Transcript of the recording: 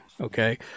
okay